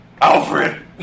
Alfred